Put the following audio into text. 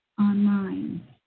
Online